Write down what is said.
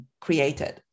created